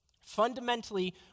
fundamentally